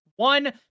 one